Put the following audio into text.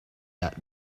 that